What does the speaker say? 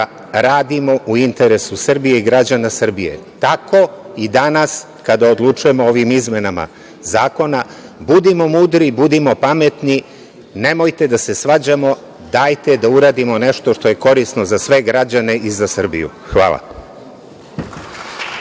radimo u interesu Srbije i građana Srbije. Tako i danas kada odlučujemo o ovim izmenama zakona, budimo mudri i budimo pametni, nemojte da se svađamo. Dajte da uradimo nešto što je korisno za sve građane i za Srbiju. Hvala.